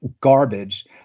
garbage